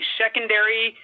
secondary